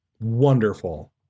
wonderful